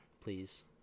please